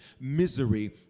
misery